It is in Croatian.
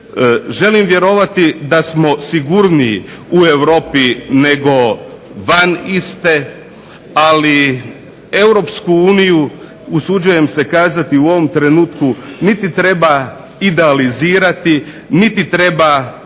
Želim vjerovati da smo sigurniji u europi nego van iste, ali Europsku uniju, usuđujem se kazati u ovom trenutku niti treba idealizirati niti treba